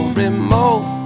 remote